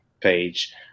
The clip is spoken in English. page